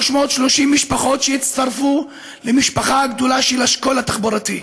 330 משפחות הצטרפו למשפחה הגדולה של השכול התחבורתי.